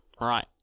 Right